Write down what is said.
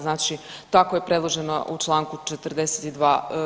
Znači tako je predloženo u Članku 42.